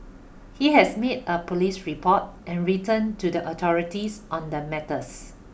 he has made a police report and written to the authorities on the matters